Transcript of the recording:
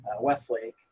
Westlake